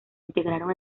integraron